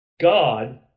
God